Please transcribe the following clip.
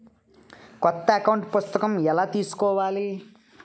కొత్త అకౌంట్ పుస్తకము ఎలా తీసుకోవాలి?